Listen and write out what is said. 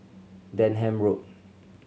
Denham Road